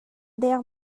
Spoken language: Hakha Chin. deng